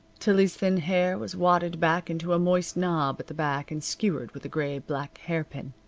tillie's thin hair was wadded back into a moist knob at the back and skewered with a gray-black hairpin.